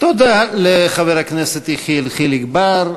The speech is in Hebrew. תודה לחבר הכנסת יחיאל חיליק בר.